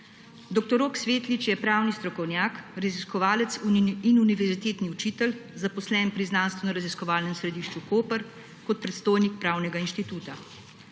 Dr. Rok Svetlič je pravni strokovnjak, raziskovalec in univerzitetni učitelj, zaposlen pri Znanstvenoraziskovalnem središču Koper kot predstojnik Pravnega inštituta.